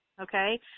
okay